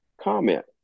comment